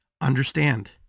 understand